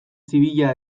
zibila